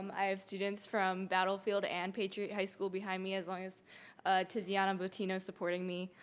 um i have students from battlefield and patriot high school behind me, as well as tiziana bottino supporting me.